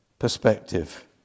perspective